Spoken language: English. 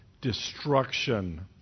Destruction